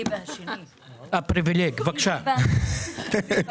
פה דיון על עתירות ידע.